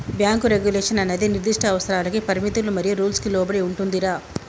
bank regulation అన్నది నిర్దిష్ట అవసరాలకి పరిమితులు మరియు రూల్స్ కి లోబడి ఉంటుందిరా